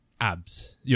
abs